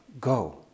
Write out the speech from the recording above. go